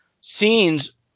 scenes